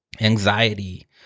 anxiety